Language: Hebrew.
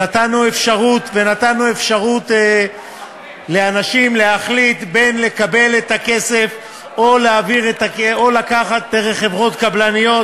נתנו אפשרות לאנשים להחליט אם לקבל את הכסף או לקחת דרך חברות קבלניות,